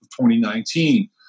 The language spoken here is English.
2019